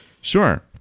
Sure